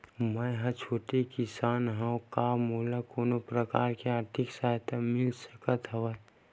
मै ह छोटे किसान हंव का मोला कोनो प्रकार के आर्थिक सहायता मिल सकत हवय?